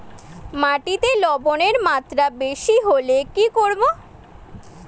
মাটিতে লবণের মাত্রা বেশি হলে কি করব?